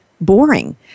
Boring